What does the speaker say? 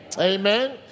amen